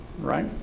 right